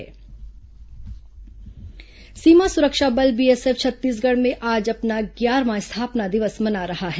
सैनिक सम्मेलन सीमा सुरक्षा बल बीएसएफ छत्तीसगढ़ में आज अपना ग्यारहवां स्थापना दिवस मना रहा है